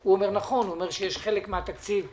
הוא אומר נכון, הוא אומר שיש חלק מהתקציב שנמצא.